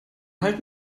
halt